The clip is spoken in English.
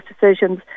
decisions